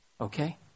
Okay